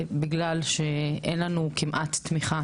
בגלל שאין לנו כמעט תמיכה,